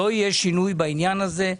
לא יהיה שינוי בעניין הזה.